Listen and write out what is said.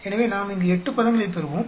எனவே நாம் இங்கு 8 பதங்களைப் பெறுவோம்